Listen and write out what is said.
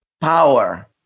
Power